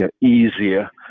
easier